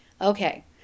Okay